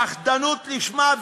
פחדנות לשמה.